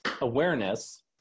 awareness